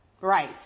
Right